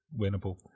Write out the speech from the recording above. winnable